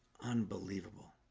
unbelievable